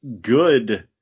good